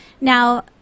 Now